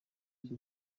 iki